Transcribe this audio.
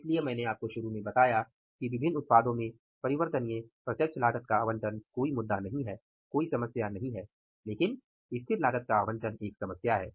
इसलिए मैंने आपको शुरू में बताया कि विभिन्न उत्पादों में परिवर्तनीय प्रत्यक्ष लागत का आवंटन कोई मुद्दा नहीं है कोई समस्या नहीं है लेकिन स्थिर लागत का आवंटन एक समस्या है